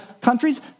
countries